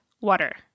water